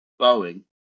Boeing